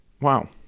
Wow